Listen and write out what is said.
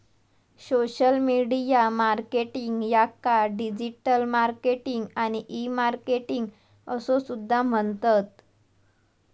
social media marketing याका digital marketing आणि e marketing असो सुद्धा म्हणतत